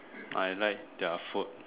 I like their food